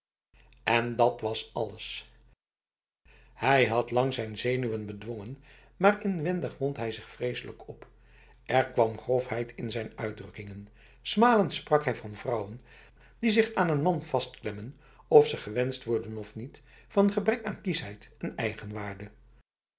en dat was alles hij had lang zijn zenuwen bedwongen maar inwendig wond hij zich vreselijk op er kwam grofheid in zijn uitdrukkingen smalend sprak hij van vrouwen die zich aan een man vastklemmen of ze gewenst worden of niet van gebrek aan kiesheid en eigenwaarde